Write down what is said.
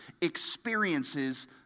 experiences